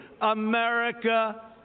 America